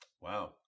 Wow